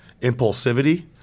impulsivity